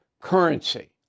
currency